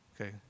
okay